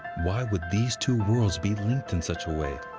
why would these two worlds be linked in such a way?